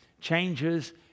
changes